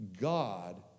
God